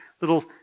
little